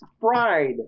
fried